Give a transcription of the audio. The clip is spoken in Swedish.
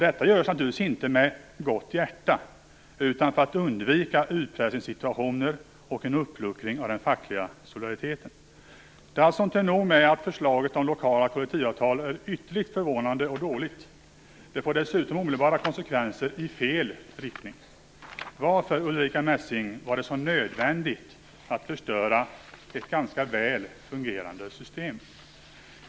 Detta görs naturligtvis inte med gott hjärta utan för att undvika utpressningssituationer och en uppluckring av den fackliga solidariteten. Det är alltså inte nog med att förslaget om lokala kollektivavtal är ytterligt förvånande och dåligt. Det får dessutom omedelbara konsekvenser i fel riktning. Varför, Ulrica Messing, var det så nödvändigt att förstöra ett ganska väl fungerande system?